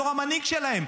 בתור המנהיג שלהם,